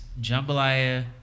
jambalaya